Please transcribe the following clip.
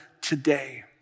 today